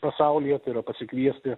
pasaulyje tai yra pasikviesti